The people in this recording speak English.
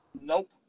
Nope